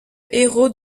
héros